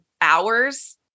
hours